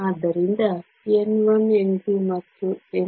ಆದ್ದರಿಂದ n1 n2 ಮತ್ತು n3